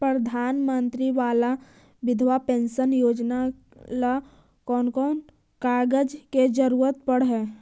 प्रधानमंत्री बाला बिधवा पेंसन योजना ल कोन कोन कागज के जरुरत पड़ है?